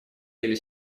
или